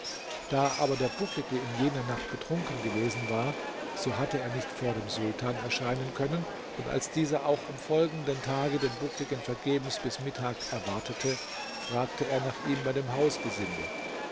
da aber der bucklige in jener nacht betrunken gewesen war so hatte er nicht vor dem sultan erscheinen können und als dieser auch am folgenden tagen den buckligen vergebens bis mittag erwartete fragte er nach ihm bei dem